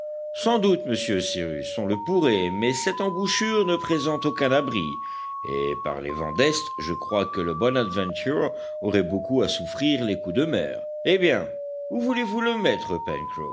sans doute monsieur cyrus on le pourrait mais cette embouchure ne présente aucun abri et par les vents d'est je crois que le bonadventure aurait beaucoup à souffrir des coups de mer eh bien où voulez-vous le mettre